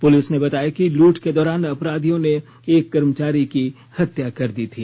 police ने बताया कि लूट के दौरान अपराधियों ने एक कर्मचारी की हत्या कर दी थी